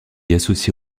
associé